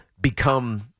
become